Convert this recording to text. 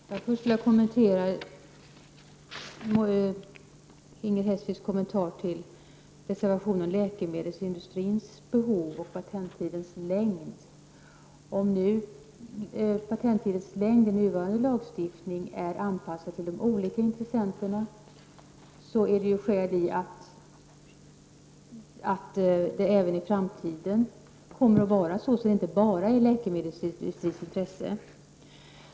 Herr talman! Först vill jag kommentera Inger Hestviks anmärkningar beträffande reservationen om läkemedelsindustrins behov och beträffande patenttidens längd. Om patenttidens längd i nuvarande lagstiftning är anpassad till de nuvarande intressenternas — inte bara till läkemedelsindustrins — önskemål, är det skäl i att utgå från att det även i framtiden kommer att vara så.